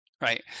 right